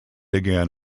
again